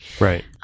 Right